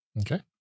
Okay